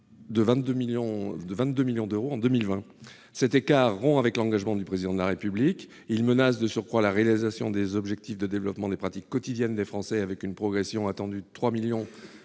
de 22 millions d'euros en 2020. Cet écart rompt avec l'engagement du Président de la République. Il menace de surcroît la réalisation des objectifs de développement des pratiques quotidiennes des Français : on attend en effet une progression de 3 millions